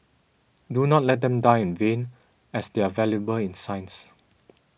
do not let them die in vain as they are valuable in science